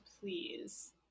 please